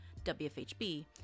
WFHB